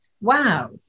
Wow